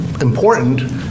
important